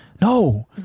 No